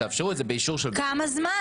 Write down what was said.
תאפשרו את זה באישור של ה- -- כמה זמן?